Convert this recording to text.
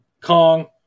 Kong